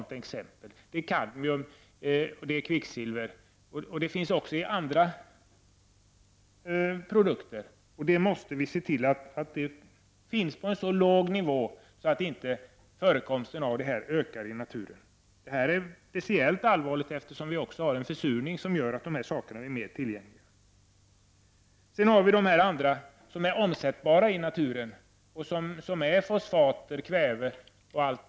Andra exempel är kadmium, kvicksilver och andra ämnen. Vi måste alltså se till att tungmetallerna finns på en så låg nivå att de förekomster som finns i naturen inte ökar. Det är speciellt allvarligt eftersom även försurningen gör att dessa blir mer tillgängliga. Den tredje kategorin är omsättbara i naturen, t.ex. fosfater, kväve m.m.